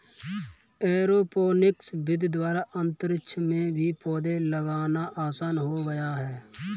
aeroponics विधि द्वारा अंतरिक्ष में भी पौधे लगाना आसान हो गया है